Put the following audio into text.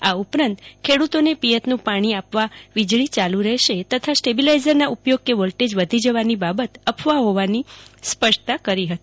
આ ઉપરાંત ખેડુતોને પિયતનું પણી આપવા વીજળી ચાલુ રહેશે તથા સ્ટેબીલાઈઝરના ઉપયોગ કે વોલ્ટેજ વધી જવાની બાબત અફવા હોવાની પણ સ્પષ્ટતા કરી છે